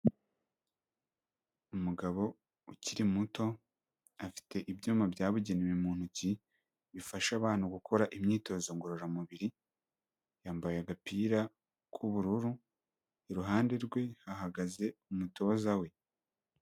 Umugabo ukiri muto, afite ibyuma byabugenewe mu ntoki bifasha abantu gukora imyitozo ngororamubiri, yambaye agapira k'ubururu, iruhande rwe hahagaze umutoza we.